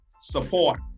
support